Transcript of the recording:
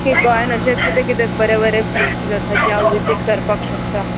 की गोंयान अशें किदें किदें बरें बरें प्लेसीस आसा तें हांव विजीट करपाक शकता